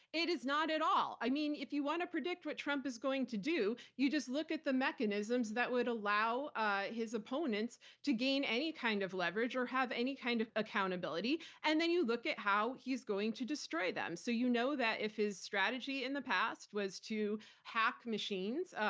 it is not at all. i mean, if you want to predict what trump is going to do, you just look at the mechanisms that would allow ah his opponents to gain any kind of leverage or have any kind of accountability. and then you look at how he's going to destroy them. so, you know that if his strategy in the past was to hack machines,